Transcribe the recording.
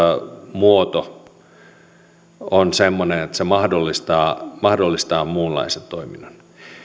muoto on semmoinen että se mahdollistaa mahdollistaa muunlaisen toiminnan